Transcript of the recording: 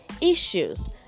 issues